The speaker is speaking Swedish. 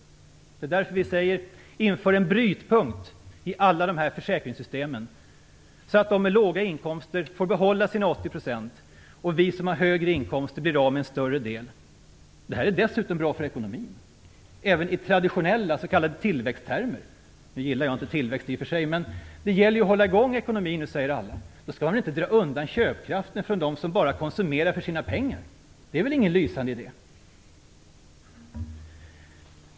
Därför säger vi att man skall införa en brytpunkt i alla dessa försäkringssystem, så att de med låga inkomster får behålla sina 80 % medan vi som har högre inkomster blir av med en större del. Det skulle dessutom vara bra för ekonomin även i traditionella s.k. tillväxttermer. Jag gillar i och för sig inte tillväxt. Men alla säger att det gäller att hålla i gång ekonomin. Då skall man väl inte dra undan köpkraften från dem som bara konsumerar för sina pengar. Det är väl ingen lysande idé.